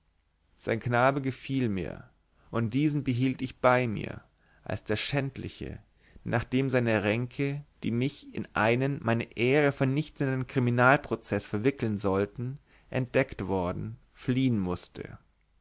sein knabe gefiel mir und diesen behielt ich bei mir als der schändliche nachdem seine ränke die mich in einen meine ehre vernichtenden kriminalprozeß verwickeln sollten entdeckt worden fliehen mußte